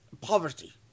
poverty